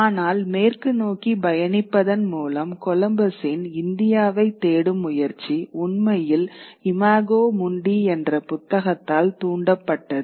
ஆனால் மேற்கு நோக்கி பயணிப்பதன் மூலம் கொலம்பஸின் இந்தியாவைத் தேடும் முயற்சி உண்மையில் இமாகோ முண்டி என்ற புத்தகத்தால் தூண்டப்பட்டது